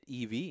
EV